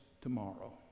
tomorrow